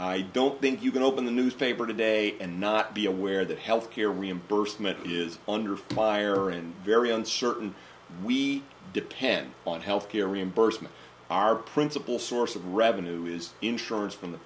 i don't think you can open the newspaper today and not be aware that healthcare reimbursement is under fire and very uncertain we depend on health care reimbursement our principal source of revenue is insurance from the